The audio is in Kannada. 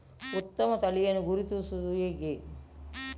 ಉತ್ತಮ ತಳಿಯನ್ನು ಗುರುತಿಸುವುದು ಹೇಗೆ?